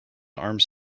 arms